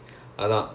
uh